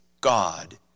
God